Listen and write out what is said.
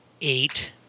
eight—